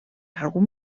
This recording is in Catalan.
algun